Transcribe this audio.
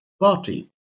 party